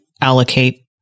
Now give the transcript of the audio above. allocate